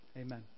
amen